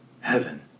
heaven